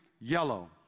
yellow